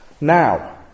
now